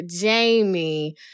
Jamie